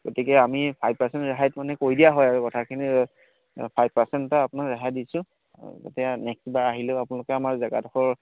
গতিকে আমি five percent ৰেহাইত মানে কৈ দিয়া হয় আৰু কথাখিনি ফাইভ পাৰ্চেণ্ট এটা আপোনাক ৰেহাই দিছোঁ আৰু তেতিয়া নেক্সট বাৰ আহিলেও আপোনালোকে আমাৰ জেগাডোখৰ